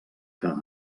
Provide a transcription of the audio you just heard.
que